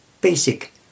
basic